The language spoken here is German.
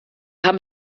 haben